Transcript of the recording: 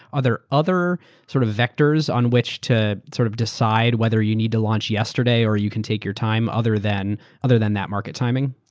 other other sort of vectors on which to sort of decide whether you need to launch yesterday or you can take your time other than other than that market timing?